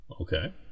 Okay